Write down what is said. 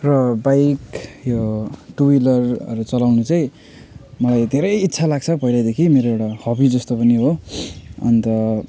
र बाइक यो टु व्हिलरहरू चलाउनु चाहिँ मलाई धेरै इच्छा लाग्छ पहिलैदेखि मेरो एउटा हबी जस्तो पनि हो अन्त